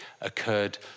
occurred